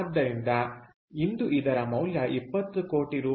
ಆದ್ದರಿಂದ ಇಂದು ಇದರ ಮೌಲ್ಯ 20 ಕೋಟಿ ರೂ